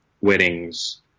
weddings